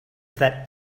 that